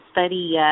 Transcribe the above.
study